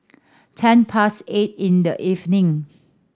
ten past eight in the evening